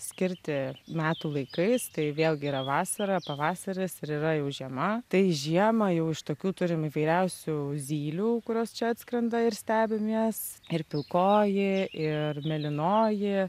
skirti metų laikais tai vėlgi yra vasara pavasaris ir yra jau žiema tai žiemą jau iš tokių turim įvairiausių zylių kurios čia atskrenda ir stebim jas ir pilkoji ir mėlynoji